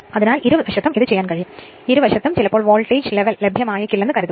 അതിനാൽ ഇരുവശത്തും ഇത് ചെയ്യാൻ കഴിയും ഇരുവശത്തും ചിലപ്പോൾ വോൾട്ടേജ് ലെവൽ ലഭ്യമായേക്കില്ലെന്ന് കരുതുക